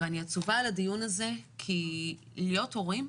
ואני עצובה על הדיון הזה כי להיות הורים,